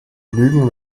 lügen